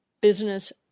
business